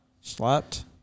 Slapped